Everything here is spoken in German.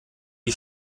wie